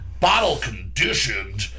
Bottle-conditioned